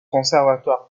conservatoire